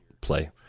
play